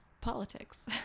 politics